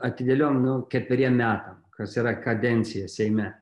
atidėliojom nu ketveriem metam kas yra kadencija seime